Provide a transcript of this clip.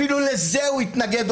אפילו לזה הוא התנגד.